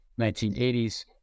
1980s